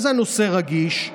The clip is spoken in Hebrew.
וזה נושא רגיש,